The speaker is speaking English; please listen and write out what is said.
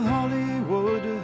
Hollywood